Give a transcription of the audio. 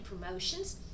Promotions